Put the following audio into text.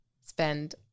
spend